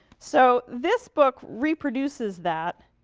so, this book reproduces that,